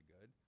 good